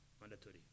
mandatory